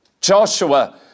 Joshua